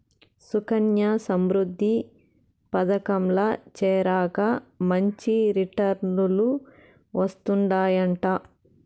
సుకన్యా సమృద్ధి పదకంల చేరాక మంచి రిటర్నులు వస్తందయంట